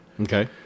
Okay